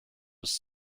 was